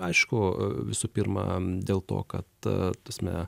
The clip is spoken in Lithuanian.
aišku visų pirma dėl to kad ta prasme